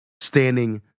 standing